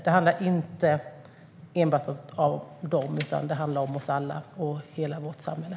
Det handlar inte enbart om dem, utan det handlar om oss alla och om hela vårt samhälle.